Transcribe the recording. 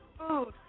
food